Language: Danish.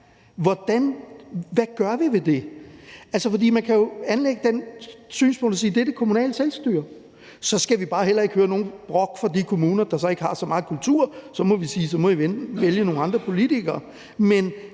Hvad gør vi ved det? Altså, man kan jo anlægge det synspunkt og sige, at det er det kommunale selvstyre. Så skal vi bare heller ikke høre noget brok fra de kommuner, der så ikke har så meget kultur. Så må vi sige, at de må vælge nogle andre politikere.